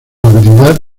habilidad